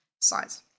size